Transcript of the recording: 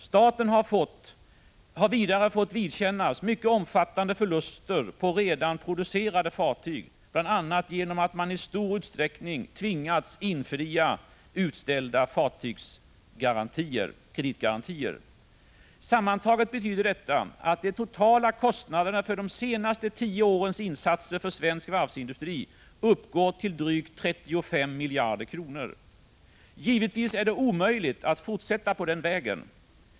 Vidare har staten fått vidkännas mycket omfattande förluster på redan producerade fartyg, bl.a. genom att man i stor utsträckning har tvingats infria utställda fartygskreditgarantier. Sammantaget betyder detta att de totala kostnaderna för de senaste tio årens insatser för svensk varvsindustri uppgår till drygt 35 miljarder kronor. Givetvis är det omöjligt att fortsätta på den vägen.